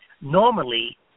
Normally